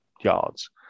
yards